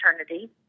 eternity